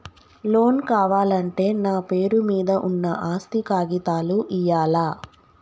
Loan కావాలంటే నా పేరు మీద ఉన్న ఆస్తి కాగితాలు ఇయ్యాలా?